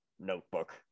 notebook